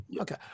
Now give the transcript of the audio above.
Okay